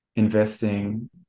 investing